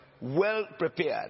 well-prepared